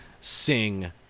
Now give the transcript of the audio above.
sing